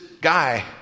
guy